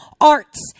Arts